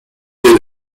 نیروی